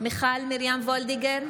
מיכל מרים וולדיגר,